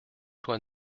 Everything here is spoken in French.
toi